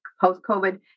post-COVID